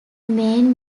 main